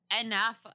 enough